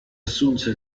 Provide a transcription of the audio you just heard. assunse